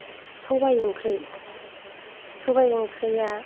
सबाइ ओंख्रि सबाइ ओंख्रिया